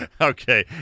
Okay